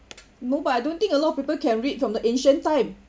no but I don't think a lot of people can read from the ancient time